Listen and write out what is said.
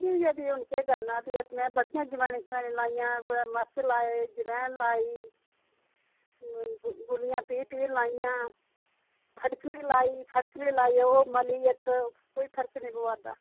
ठीक ऐ फ्ही हून केह् करना में बड़़ियां जवैनां शवैनां लाइयां मर्च लाए अजवैन लाई गुलियां पीह् पीह् लाइयां फटकरी लाई फटकरी लाई ओह् मली पर कोई फर्क नेईं पवै करदा